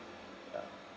ya